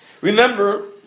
Remember